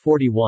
41